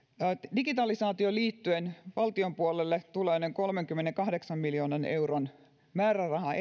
digitalisaatioon liittyen valtion puolelle tulee digitalisaation edistämiseen erillinen noin kolmenkymmenenkahdeksan miljoonan euron määräraha